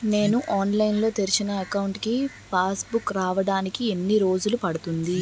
నేను ఆన్లైన్ లో తెరిచిన అకౌంట్ కి పాస్ బుక్ రావడానికి ఎన్ని రోజులు పడుతుంది?